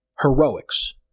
heroics